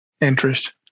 interest